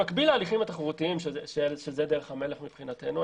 במקביל להליכים התחרותיים שזה דרך המלך מבחינתנו,